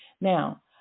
Now